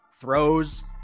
throws